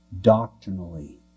doctrinally